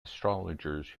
astrologers